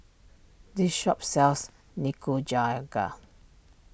this shop sells Nikujaga